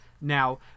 Now